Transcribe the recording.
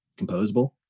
Composable